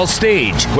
stage